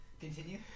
Continue